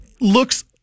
looks